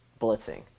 blitzing